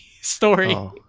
Story